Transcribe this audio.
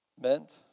meant